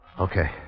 Okay